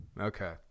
Okay